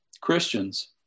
Christians